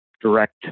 direct